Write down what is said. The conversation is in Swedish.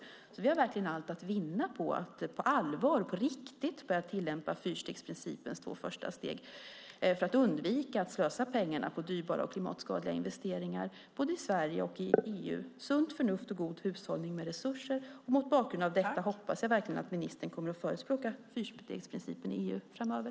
Vi har alltså verkligen allt att vinna på att på allvar, på riktigt, börja tillämpa fyrstegsprincipens två första steg för att undvika att slösa pengarna på dyrbara och klimatskadliga investeringar både i Sverige och i EU. Det är sunt förnuft och god hushållning med resurser. Mot bakgrund av detta hoppas jag verkligen att ministern kommer att förespråka fyrstegsprincipen i EU framöver.